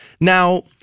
Now